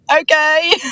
okay